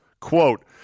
quote